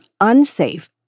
unsafe